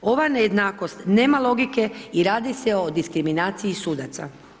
Ova nejednakost nema logike i radi se o diskriminaciji sudaca.